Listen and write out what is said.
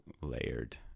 layered